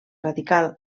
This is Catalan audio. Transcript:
radical